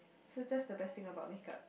so just the best thing about make up